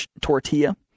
tortilla